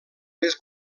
més